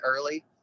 early